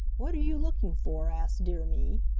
what are you looking for? asked dear me.